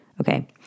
Okay